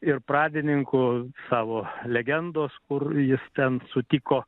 ir pradininkų savo legendos kur jis ten sutiko